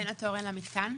בין התורן למתקן?